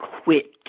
quit